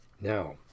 Now